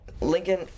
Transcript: Lincoln